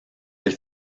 elle